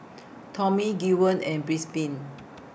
Tommie Gwen and